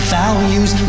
values